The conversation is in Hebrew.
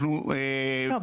אנחנו --- לא,